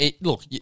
look